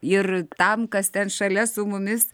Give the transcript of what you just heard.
ir tam kas ten šalia su mumis